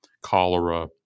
cholera